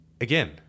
Again